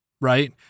right